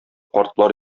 картлар